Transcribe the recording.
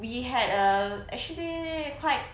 we had a actually quite